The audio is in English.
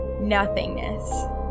nothingness